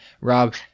Rob